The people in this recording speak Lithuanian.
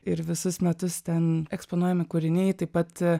ir visus metus ten eksponuojami kūriniai taip pat